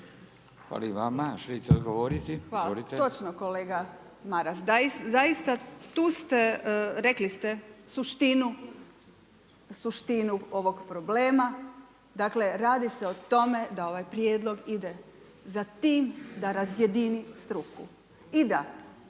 Hvala i vama. Želite odgovoriti? **Alfirev, Marija (SDP)** Hvala. Točno kolega Maras. Zaista, tu ste, rekli ste suštinu ovog problema. Dakle, radi se o tome da ovaj prijedlog ide za tim da razjedini struku i da